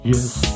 Yes